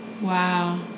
wow